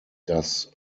das